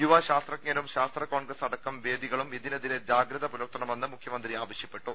യുവ ശാസ്ത്രജ്ഞരും ശാസ്ത്ര കോൺഗ്രസ് അടക്കം വേദികളും ഇതിനെതിരെ ജാഗ്രത പുലർത്തണമെന്ന് മുഖ്യമന്ത്രി ആവശ്യപ്പെട്ടു